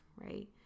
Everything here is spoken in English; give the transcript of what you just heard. Right